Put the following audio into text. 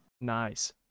Nice